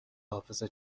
حافظه